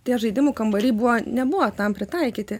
tie žaidimų kambariai buvo nebuvo tam pritaikyti